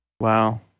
Wow